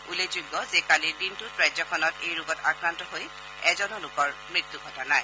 উল্লেখযোগ্য যে কালিৰ দিনটোত ৰাজ্যখনত এই ৰোগত আক্ৰান্ত হৈ এজনো লোকৰ মৃত্যু ঘটা নাই